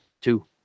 Two